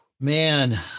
Man